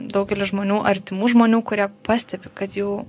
daugelis žmonių artimų žmonių kurie pastebi kad jų